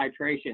titration